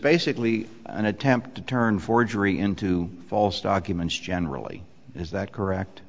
basically an attempt to turn forgery into false documents generally is that correct